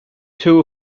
too